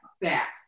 back